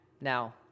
Now